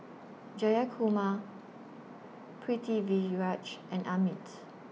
Jayakumar Pritiviraj and Amit